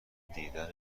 دیدن